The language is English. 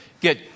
get